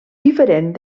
diferent